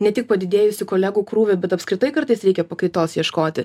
ne tik padidėjusį kolegų krūvį bet apskritai kartais reikia pakaitos ieškoti